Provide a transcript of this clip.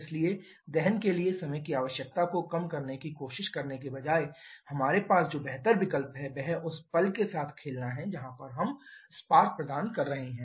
इसलिए दहन के लिए समय की आवश्यकता को कम करने की कोशिश करने के बजाय हमारे पास जो बेहतर विकल्प है वह उस पल के साथ खेलना है जहां हम स्पार्क प्रदान कर रहे हैं